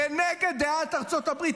כנגד דעת ארצות הברית,